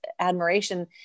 admiration